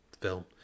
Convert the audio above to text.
film